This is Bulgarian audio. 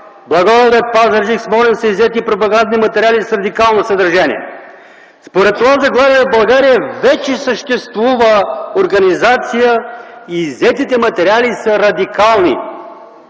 Благоевград, Пазарджик, Смолян са иззети пропагандни материали с радикално съдържание”. Според това заглавие в България вече съществува организация и иззетите материали са радикални.